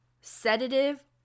sedative